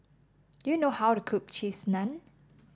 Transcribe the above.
do you know how to cook Cheese Naan